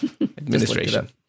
Administration